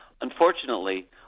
Unfortunately